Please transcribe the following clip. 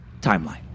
timeline